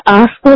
ask